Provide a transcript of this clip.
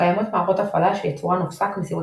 קיימות מערכות הפעלה שיצורן הופסק מסיבות